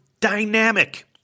dynamic